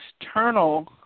external